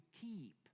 keep